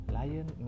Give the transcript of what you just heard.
lion